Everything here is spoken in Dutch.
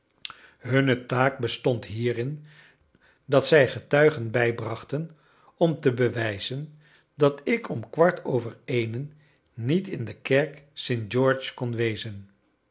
hunne taak bestond hierin dat zij getuigen bijbrachten om te bewijzen dat ik om kwart over eenen niet in de kerk sint george kon wezen